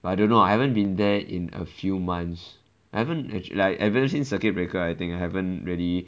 I don't know I haven't been there in a few months I haven't actually like ever since circuit breaker I think I haven't really